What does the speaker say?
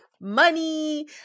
money